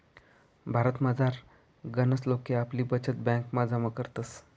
भारतमझार गनच लोके आपली बचत ब्यांकमा जमा करतस